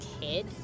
kid